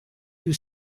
you